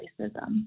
racism